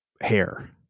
hair